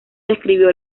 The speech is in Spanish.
describió